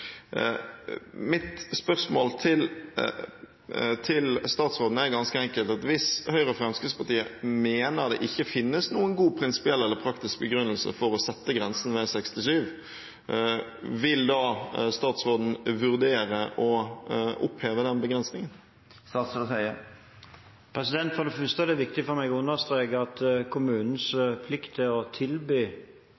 Mitt spørsmål til statsråden er ganske enkelt: Hvis Høyre og Fremskrittspartiet mener det ikke finnes noen god prinsipiell eller praktisk begrunnelse for å sette grensen ved 67 år, vil da statsråden vurdere å oppheve den begrensningen? For det første er det viktig for meg å understreke at kommunens